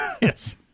Yes